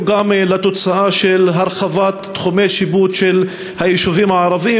גם לתוצאה של הרחבת תחומי השיפוט של היישובים הערביים,